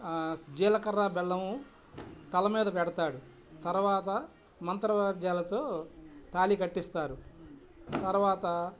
జీలకర్ర బెల్లము తల మీద పెడతాడు తర్వాత మంత్ర వాయిద్యాలతో తాళి కట్టిస్తారు తర్వాత